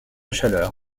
chaleur